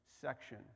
section